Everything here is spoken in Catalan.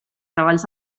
treballs